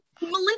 Melinda